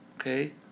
Okay